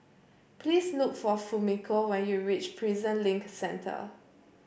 please look for Fumiko when you reach Prison Link Centre